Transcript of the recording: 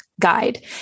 guide